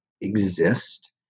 exist